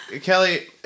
Kelly